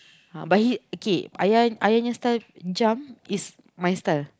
ah but he okay ayah ayahnya stail jam is my style